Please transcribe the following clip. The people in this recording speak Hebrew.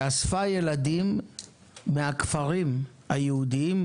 שאספה ילדים מהכפרים היהודיים,